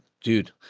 Dude